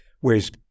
Whereas